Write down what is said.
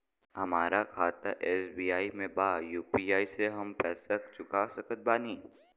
हमारा खाता एस.बी.आई में बा यू.पी.आई से हम पैसा चुका सकत बानी?